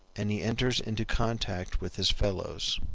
and he enters into contact with his fellows.